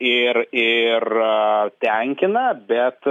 ir ir tenkina bet